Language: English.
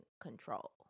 control